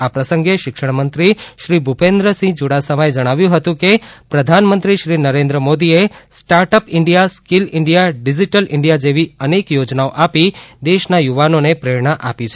આ પ્રસંગે શિક્ષણમંત્રી શ્રી ભૂપેન્દ્રસિંહ યૂડાસમાએ જણાવ્યું હતું કે પ્રધાનમંત્રી શ્રી નરેન્દ્ર મોદીએ start up India skill India digital India જેવી અનેક યોજનાઓ આપી દેશના યુવાનોને પ્રેરણા આપી છે